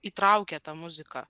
įtraukė ta muzika